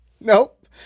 Nope